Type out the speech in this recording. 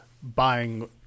buying